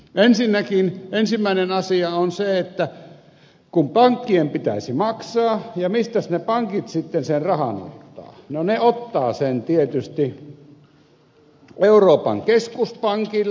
ensinnäkin ensimmäinen asia on se että kun pankkien pitäisi maksaa niin mistäs ne pankit sitten sen rahan ottavat